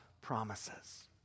promises